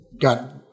got